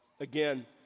Again